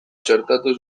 txertatu